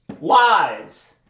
lies